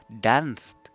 danced